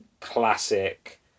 classic